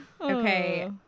Okay